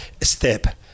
step